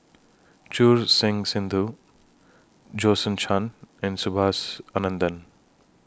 Choor Singh Sidhu Jason Chan and Subhas Anandan